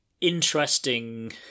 interesting